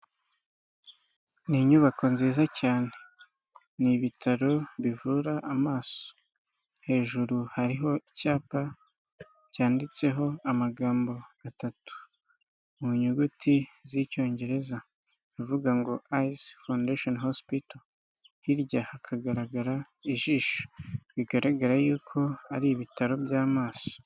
Ni inyubako nziza cyane, ni ibitaro bivura amaso, hejuru hariho icyapa cyanditseho amagambo atatu mu nyuguti z'Icyongereza avuga ngo Ayizo fondesheni hosipito, hirya hakagaragara ijisho bigaragara yuko ari ibitaro by'amaso.